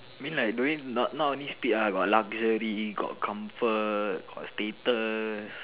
mean like don't need not only speed lah got luxury got comfort got status